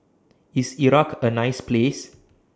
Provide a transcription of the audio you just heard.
IS Iraq A nice Place